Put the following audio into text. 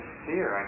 fear